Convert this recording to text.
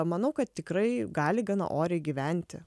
manau kad tikrai gali gana oriai gyventi